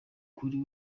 kuri